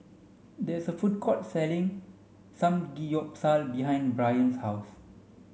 there is a food court selling Samgeyopsal behind Byron's house